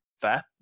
Fair